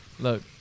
Look